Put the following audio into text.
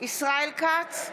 ישראל כץ,